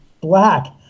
black